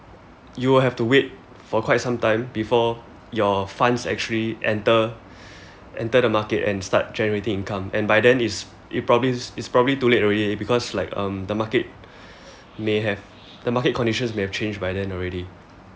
you will have to wait for quite some time before your funds actually enter enter the market and start generating income and by then is it probably is it's probably too late already because like um the market may have the market conditions may have changed by then already